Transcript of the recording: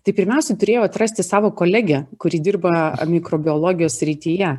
tai pirmiausia turėjau atrasti savo kolegę kuri dirba mikrobiologijos srityje